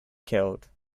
killed